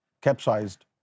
capsized